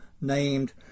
named